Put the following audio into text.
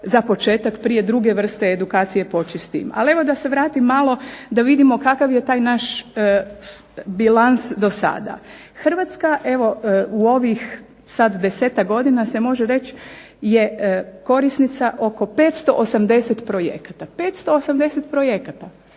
za početak prije druge vrste edukacije poći s tim. Ali evo da se vratim malo da vidimo kakav je taj naš bilans do sada. Hrvatska evo u ovih sad 10-tak godina se može reći je korisnica oko 580 projekata. 580 projekata.